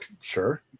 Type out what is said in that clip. Sure